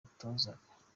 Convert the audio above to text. yatozaga